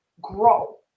grow